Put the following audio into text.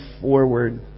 forward